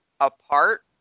apart